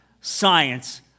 Science